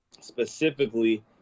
specifically